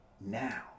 Now